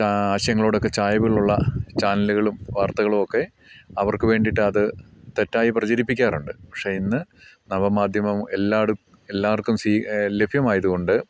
ആശയങ്ങളോടൊക്കെ ചായ്വുകളുള്ള ചാനലുകളും വാർത്തകളും ഒക്കെ അവർക്ക് വേണ്ടിയിട്ട് അത് തെറ്റായി പ്രചരിപ്പിക്കാറുണ്ട് പക്ഷെ ഇന്ന് നവമാധ്യമവും എല്ലാവർക്കും ലഭ്യമായതുകൊണ്ട്